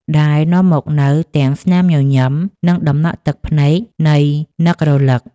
ដែលនាំមកនូវទាំងស្នាមញញឹម និងតំណក់ទឹកភ្នែកនៃនឹករលឹក។